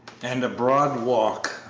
and a broad walk,